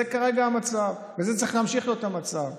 זה כרגע המצב וזה צריך להמשיך להיות המצב.